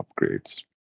upgrades